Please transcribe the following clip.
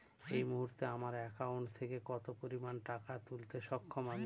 এই মুহূর্তে আমার একাউন্ট থেকে কত পরিমান টাকা তুলতে সক্ষম আমি?